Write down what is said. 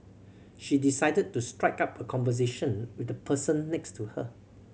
she decided to strike up a conversation with the person next to her